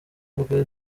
rwe